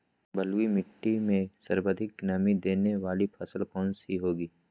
बलुई मिट्टी में सर्वाधिक मनी देने वाली फसल कौन सी होंगी?